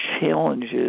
challenges